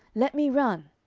let me run.